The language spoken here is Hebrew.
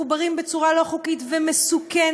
מחוברים בצורה לא חוקית ומסוכנת,